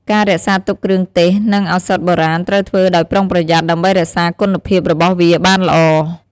ការរក្សាទុកគ្រឿងទេស និងឱសថបុរាណត្រូវធ្វើដោយប្រុងប្រយ័ត្នដើម្បីរក្សាគុណភាពរបស់វាបានល្អ។